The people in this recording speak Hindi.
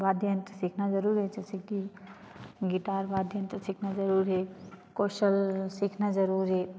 वाद्ययंत्र सीखना जरूर है जैसे कि गिटार वाद्ययंत्र सीखना जरूरी है कौशल सीखना जरूरी है